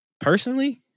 personally